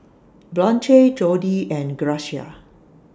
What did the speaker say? Blanche Jody and Grecia